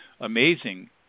amazing